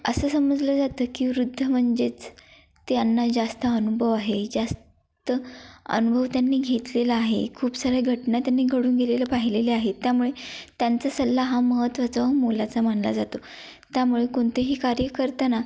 असं समजलं जातं की वृद्ध म्हणजेच त्यांना जास्त अनुभव आहे जास्त अनुभव त्यांनी घेतलेला आहे खूप साऱ्या घटना त्यांनी घडून गेलेलं पाहिलेल्या आहेत त्यामुळे त्यांचा सल्ला हा महत्त्वाचा व मोलाचा मानला जातो त्यामुळे कोणतेही कार्य करताना